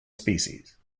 species